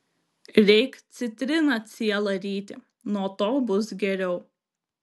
reik citriną cielą ryti nuo to bus geriau